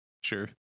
Sure